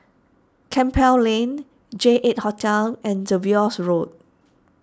Campbell Lane J eight Hotel and Jervois Road